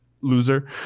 Loser